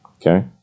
Okay